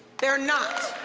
they are not.